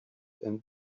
and